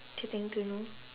getting to know